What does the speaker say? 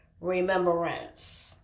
remembrance